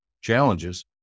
challenges